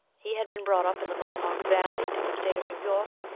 he had been brought up in the mohawk valley, in the state of new york,